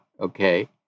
okay